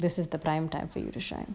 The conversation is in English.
this is the prime time for you to shine